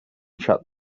shut